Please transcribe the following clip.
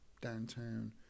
downtown